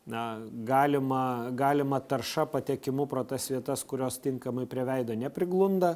na galima galima tarša patekimu pro tas vietas kurios tinkamai prie veido nepriglunda